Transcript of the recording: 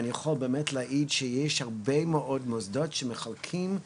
אני יכול באמת להעיד שיש הרבה מאוד מוסדות שמחלקים תעודות,